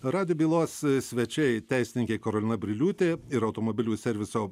radijo bylos svečiai teisininkė karolina briliūtė ir automobilių serviso